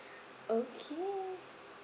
okay